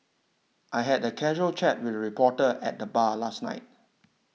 I had a casual chat with a reporter at the bar last night